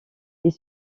est